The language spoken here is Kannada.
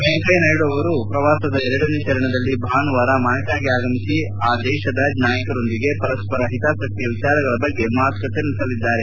ವೆಂಕಯ್ಯನಾಯ್ಡು ಅವರು ಪ್ರವಾಸದ ಎರಡನೇ ಚರಣದಲ್ಲಿ ಭಾನುವಾರ ಮಾಲ್ವಾಗೆ ಆಗಮಿ ಆ ದೇಶದ ನಾಯಕರೊಂದಿಗೆ ಪರಸ್ವರ ಹಿತಾಸಕ್ತಿಯ ವಿಚಾರಗಳ ಬಗ್ಗೆ ಮಾತುಕತೆ ನಡೆಸಲಿದ್ದಾರೆ